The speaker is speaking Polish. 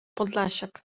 podlasiak